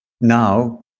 now